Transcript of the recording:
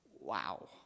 Wow